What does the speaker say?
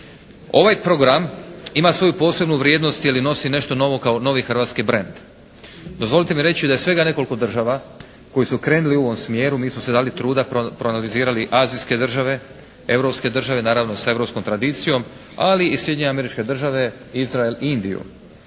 Ovaj program ima svoju posebnu vrijednost jer i nosi nešto novo kao novi hrvatski brend. Dozvolite mi reći da je svega nekoliko država koje su krenule u ovom smjeru, mi smo si dali truda proanalizirali azijske države, europske države naravno s europskom tradicijom ali i Sjedinjene Američke Države, Izrael i Indiju.